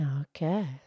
Okay